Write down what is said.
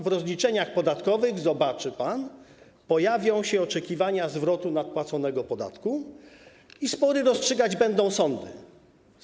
W rozliczeniach podatkowych, zobaczy pan, pojawią się oczekiwania zwrotu nadpłaconego podatku i sądy rozstrzygać będą spory.